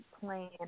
plan